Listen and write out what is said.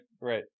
Right